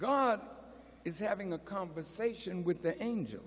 god is having a conversation with the angel